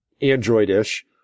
Android-ish